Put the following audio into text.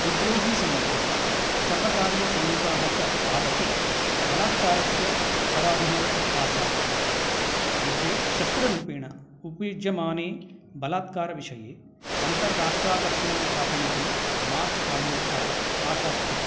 विद्रोहिसमूहः सर्वकारीयसैनिकाः च द्वावपि बलात्कारस्य अपराधिनौ आसाते युद्धे शस्त्ररूपेण उपयुज्यमाने बलात्कारविषये अन्ताराष्ट्राकर्षणं प्रापयितुं मार्च् आयोजकाः आशासते